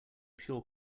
pure